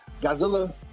godzilla